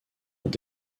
ont